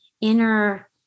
inner